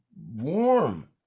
warm